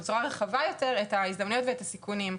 בצורה רחבה יותר את ההזדמנויות ואת הסיכונים.